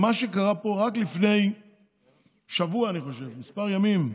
מה שקרה פה רק לפני שבוע, אני חושב, כמה ימים,